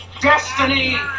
destiny